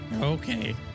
Okay